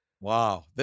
wow